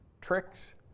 tricks